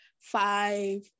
five